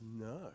No